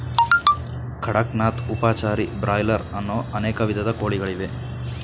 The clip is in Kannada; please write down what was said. ಕಡಕ್ ನಾಥ್, ಉಪಚಾರಿ, ಬ್ರಾಯ್ಲರ್ ಅನ್ನೋ ಅನೇಕ ವಿಧದ ಕೋಳಿಗಳಿವೆ